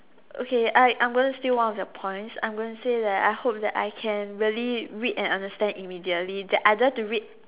okay I I'm gonna steal one of your points I'm gonna say that I hope that I can really read and understand immediately that I don't have to read